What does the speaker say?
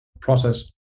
process